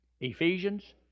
Ephesians